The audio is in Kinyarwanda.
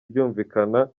ryumvikana